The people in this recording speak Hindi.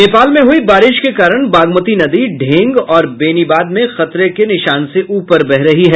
नेपाल में हुयी बारिश के कारण बागमती नदी ढेंग और बेनीबाद में खतरे के निशान से ऊपर बह रही है